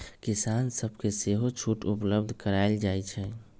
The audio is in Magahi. किसान सभके सेहो छुट उपलब्ध करायल जाइ छइ